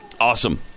awesome